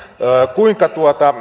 kuinka